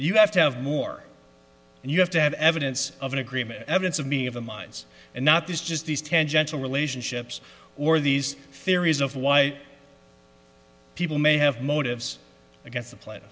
you have to have more and you have to have evidence of an agreement evidence of me of a minds and not these just these tangential relationships or these theories of why people may have motives against the pl